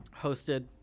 hosted